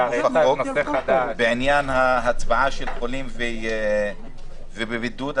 הנוסח, בעניין ההצבעה של חולים ומבודדים.